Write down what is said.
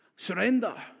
Surrender